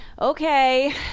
okay